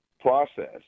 process